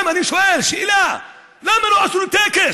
אני שואל שאלה, למה לא עשו טקס?